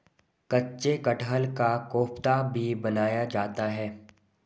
कच्चे कटहल का कोफ्ता भी बनाया जाता है